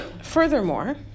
Furthermore